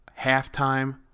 halftime